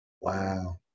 wow